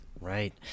Right